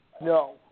No